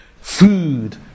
food